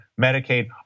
Medicaid